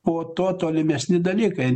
po to tolimesni dalykai